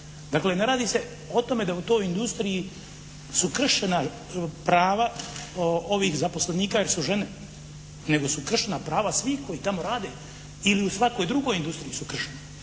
Dakle, ne radi se o tome da u toj industriji su kršena prava ovih zaposlenika jer su žene, nego su kršena prava svih koji tamo rade ili u svakoj drugoj industriji su kršena.